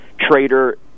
trader